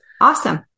Awesome